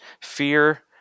fear